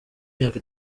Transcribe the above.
imyaka